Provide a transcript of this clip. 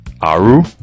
aru